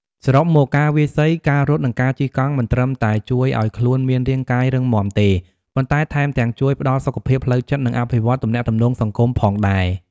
សរុបមក ការវាយសី ការរត់ និងការជិះកង់ មិនត្រឹមតែជួយឲ្យខ្លួនមានរាងកាយរឹងមាំទេ ប៉ុន្តែថែមទាំងជួយផ្ដល់សុខភាពផ្លូវចិត្ត និងអភិវឌ្ឍន៍ទំនាក់ទំនងសង្គមផងដែរ។